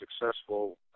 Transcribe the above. successful